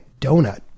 donut